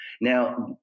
Now